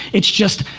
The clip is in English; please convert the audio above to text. it's just,